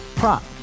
prop